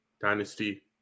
Dynasty